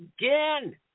again